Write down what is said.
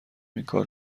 اینکار